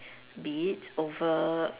be it over